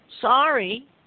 sorry